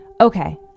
Okay